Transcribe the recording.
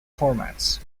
formats